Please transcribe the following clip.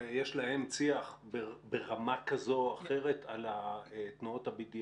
צי"ח ברמה כזו או אחרת על תנועות ה-BDS?